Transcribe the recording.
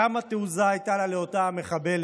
כמה תעוזה הייתה לה, לאותה מחבלת,